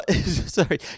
Sorry